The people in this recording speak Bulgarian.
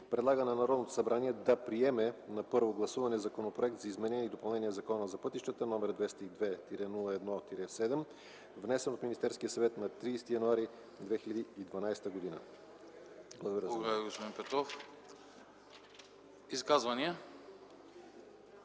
предлага на Народното събрание да приеме на първо гласуване Законопроект за изменение и допълнение на Закона за пътищата, № 202-01-7, внесен от Министерския съвет на 30 януари 2012 г.” Благодаря. ПРЕДСЕДАТЕЛ